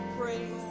praise